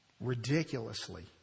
ridiculously